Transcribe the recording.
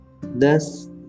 Thus